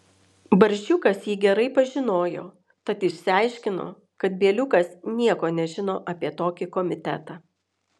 barzdžiukas jį gerai pažinojo tad išsiaiškino kad bieliukas nieko nežino apie tokį komitetą